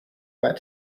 where